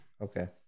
Okay